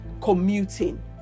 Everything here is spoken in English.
commuting